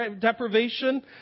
deprivation